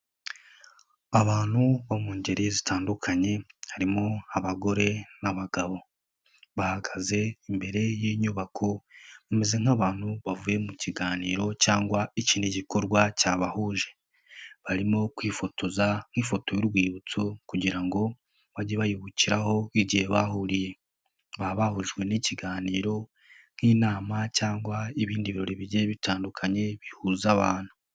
Abantu bo mu ngeri zitandukanye harimo abagore n'abagabo, bahagaze imbere y'inyubako bameze nk'abantu bavuye mu kiganiro cyangwa ikindi gikorwa cyabahuje, barimo kwifotoza nk'ifoto y'urwibutso kugira ngo bajye bayibukiraho igihe bahuriye, baba bahujwe n'ikiganiro nk'inama cyangwa ibindi birori bigiye bitandukanye bihuza abantu.